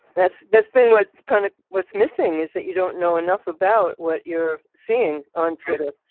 that's that's been what's kind of what's missing is that you don't know enough about what you're seeing on twitter.